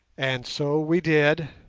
and so we did,